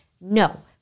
No